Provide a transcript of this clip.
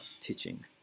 teaching